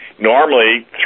normally